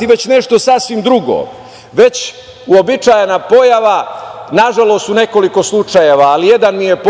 već nešto sasvim drugo. Već uobičajena pojava, nažalost, u nekoliko slučajeva, ali jedan mi je